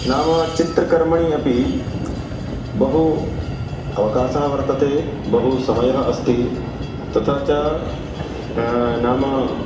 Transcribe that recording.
नाम चित्रकर्मणि अपि बहु अवकासः वर्तते बहु समयः अस्ति तथा च नाम